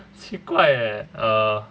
奇怪 eh err